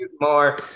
more